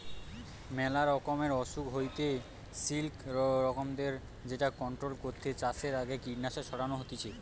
মেলা রকমের অসুখ হইতে সিল্কবরমদের যেটা কন্ট্রোল করতে চাষের আগে কীটনাশক ছড়ানো হতিছে